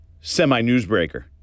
semi-newsbreaker